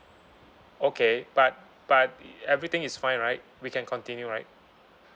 okay but but everything is fine right we can continue right